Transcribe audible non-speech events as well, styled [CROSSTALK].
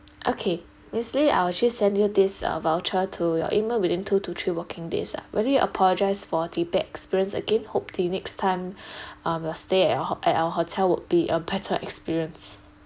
okay miss lee I'll actually send you this uh voucher to your email within two to three working days lah really apologised for the bad experience again hope the next time [BREATH] um your stay at ho~ um our hotel would be a better experience